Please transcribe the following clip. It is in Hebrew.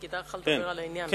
כדאי לך לדבר על העניין,